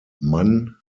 mann